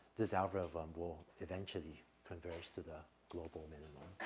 this algorithm will eventually converge to the global minimum.